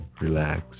relax